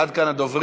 עד כאן הדוברים.